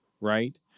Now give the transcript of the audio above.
Right